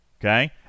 Okay